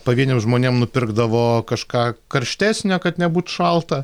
pavieniam žmonėm nupirkdavo kažką karštesnio kad nebūt šalta